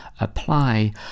apply